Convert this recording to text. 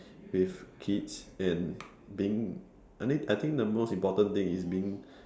with kids and being I mean I think the most important thing is being